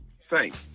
Thanks